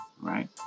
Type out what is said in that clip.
right